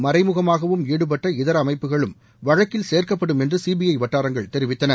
மறைமுகமாகவும் ஈடுபட்ட இதர அமைப்புகளும் வழக்கில் சேர்க்கப்படும் என்று சிபிஐ வட்டாரங்கள் தெரிவித்தன